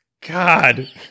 God